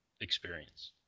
experience